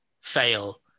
fail